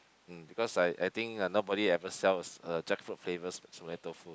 mm because I I think uh nobody ever sells a jackfruit flavour sme~ smelly tofu